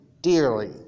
dearly